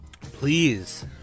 please